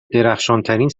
درخشانترین